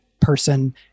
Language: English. person